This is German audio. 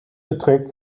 beträgt